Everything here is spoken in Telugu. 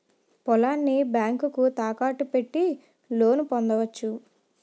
పొలాన్ని బ్యాంకుకు తాకట్టు పెట్టి లోను పొందవచ్చు